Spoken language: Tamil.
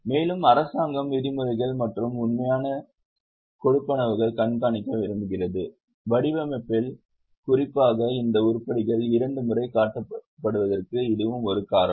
மேலும் அரசாங்கம் விதிமுறைகள் மற்றும் உண்மையான கொடுப்பனவுகளை கண்காணிக்க விரும்புகிறது வடிவமைப்பில் குறிப்பாக இந்த உருப்படிகள் இரண்டு முறை காட்டப்படுவதற்கு இதுவும் ஒரு காரணம்